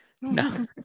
no